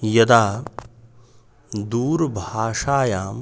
यदा दूरभाषायाम्